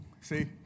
See